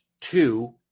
two